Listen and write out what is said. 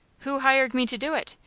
who hired me to do it?